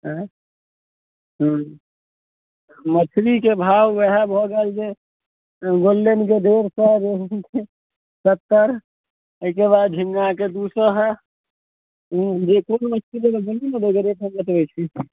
आँय हूँ मछलीके भाव वएह भऽ गेल जे गोल्डेनके डेढ़ सए रोहूके सत्तर अइके बाद झिङ्गाके दू सए हय हूँ जे कोनो मछली लेबै गहिँकीके जे रेट हय हम बतबै छी